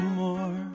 more